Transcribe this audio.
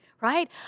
right